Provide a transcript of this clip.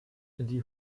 die